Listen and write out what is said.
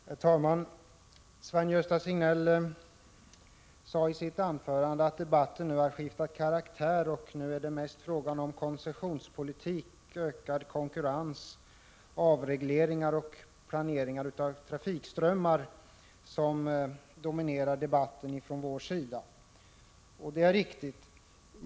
Herr talman! Sven-Gösta Signell sade i sitt anförande att debatten nu har skiftat karaktär. Nu är det mest fråga om koncessionspolitik, ökad konkurrens, avregleringar och planering av trafikströmmmar som dominerar debatten från vår sida. Det är riktigt.